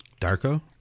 Darko